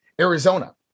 Arizona